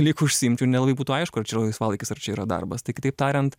lyg užsiimčiau nelabai būtų aišku ar čia yra laisvalaikis ar čia yra darbas tai kitaip tariant